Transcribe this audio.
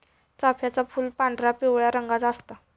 चाफ्याचा फूल पांढरा, पिवळ्या रंगाचा असता